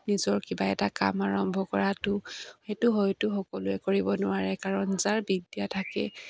নিজৰ কিবা এটা কাম আৰম্ভ কৰাতটো সেইটো হয়তো সকলোৱে কৰিব নোৱাৰে কাৰণ যাৰ বিদ্যা থাকে